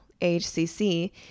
HCC